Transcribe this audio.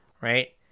right